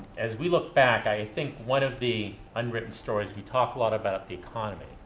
as we look back, i think one of the unwritten stories we talk a lot about the economy.